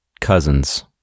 Cousins